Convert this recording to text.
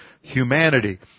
humanity